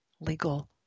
legal